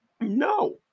no